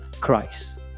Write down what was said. Christ